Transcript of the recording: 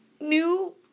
New